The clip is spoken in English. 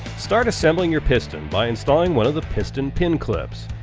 start assembling your piston by installing one of the piston pin clips,